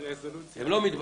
הם לא מתביישים.